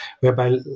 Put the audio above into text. whereby